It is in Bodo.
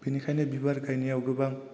बेनिखायनो बिबार गायनायाव गोबां